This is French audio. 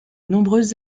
nombreuses